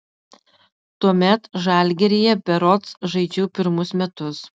tuomet žalgiryje berods žaidžiau pirmus metus